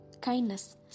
kindness